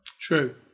True